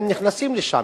הם נחשבים והם נכנסים לשם.